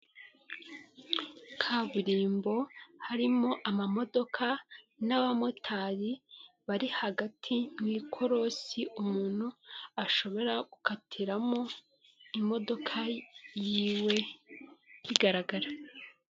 Kaburimbo harimo amamodoka n'abamotari bari hagati mu ikorosi, umuntu ashobora gukatiramo imodoka yiwe bigaragara.